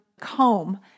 comb